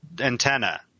antenna